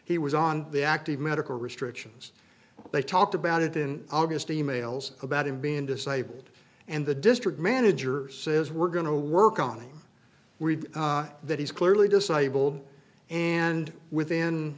he was on the active medical restrictions they talked about it in august emails about him being disabled and the district manager says we're going to work on him that he's clearly disabled and within